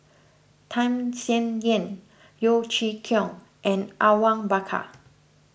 Tham Sien Yen Yeo Chee Kiong and Awang Bakar